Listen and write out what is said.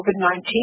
COVID-19